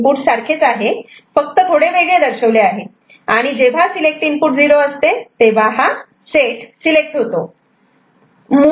input सारखेच आहे फक्त वेगळे दर्शवले आहे आणि जेव्हा सिलेक्ट इनपुट 0 असते तेव्हा हा सेट सिलेक्ट होतो